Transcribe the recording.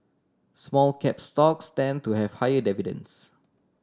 small cap stocks tend to have higher dividends